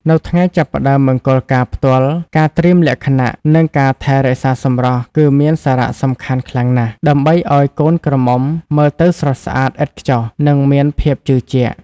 នៅថ្ងៃចាប់ផ្តើមមង្គលការផ្ទាល់ ការត្រៀមលក្ខណៈ និងការថែរក្សាសម្រស់គឺមានសារៈសំខាន់ខ្លាំងណាស់ ដើម្បីឱ្យកូនក្រមុំមើលទៅស្រស់ស្អាតឥតខ្ចោះ និងមានភាពជឿជាក់ ។